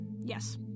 Yes